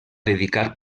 dedicar